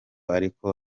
ariko